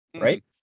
Right